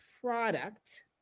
product